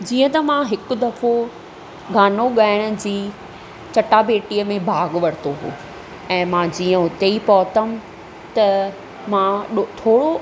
जीअं त मां हिकु दफ़ो गानो ॻाइण जी चटाभेटीअ में भाॻु वरितो हुओ ऐं मां जीअं हुते ई पहुतमि त मां थोरो